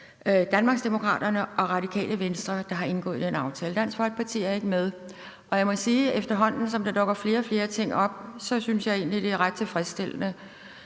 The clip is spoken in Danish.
Danmarksdemokraterne og Radikale Venstre, der har indgået den aftale. Dansk Folkeparti er ikke med. Jeg må sige, at efterhånden som der dukker flere og flere ting op, synes jeg egentlig, det er ret tilfredsstillende.